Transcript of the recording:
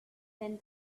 when